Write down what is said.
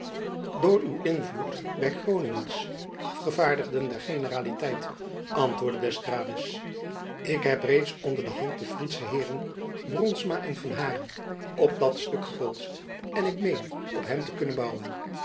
door uw invloed by groningens afgevaardigden ter generaliteit antwoordde d'estrades ik heb reeds onder de hand de friesche heeren bronsma en van haren op dat stuk gepolst en ik meen op hen te kunnen bouwen